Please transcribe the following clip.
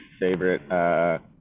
favorite